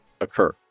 occur